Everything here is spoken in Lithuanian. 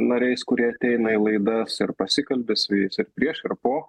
nariais kurie ateina į laidas ir pasikalbi su jais ir prieš ir po